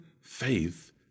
Faith